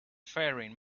faring